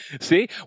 See